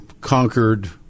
conquered